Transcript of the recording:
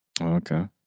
Okay